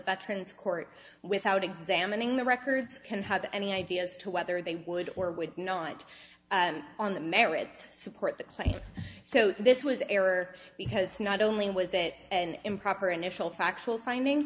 veterans court without examining the records can have any idea as to whether they would or would not on the merits support the claim so this was error because not only was it an improper initial factual finding